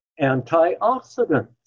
antioxidants